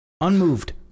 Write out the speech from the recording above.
Unmoved